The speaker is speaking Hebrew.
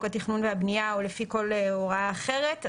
התכנון והבנייה או לפי כל הוראה אחרת,